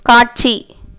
காட்சி